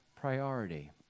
priority